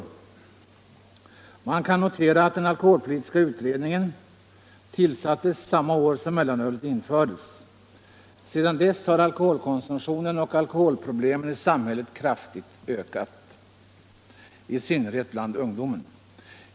Man kan notera att den alkoholpolitiska utredningen tillsattes samma år som mellanölet infördes. Sedan dess har alkoholkonsumtionen och alkoholproblemen i samhället ökat kraftigt, i synnerhet bland ungdomen.